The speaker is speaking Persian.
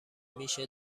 میشه